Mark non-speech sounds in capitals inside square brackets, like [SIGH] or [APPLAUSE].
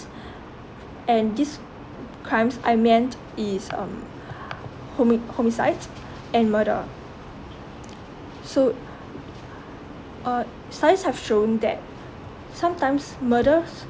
[BREATH] and these crimes I meant is um [BREATH] homi~ homicides and murder so uh science have shown that sometime murders